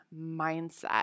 mindset